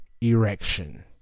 erection